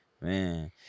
Man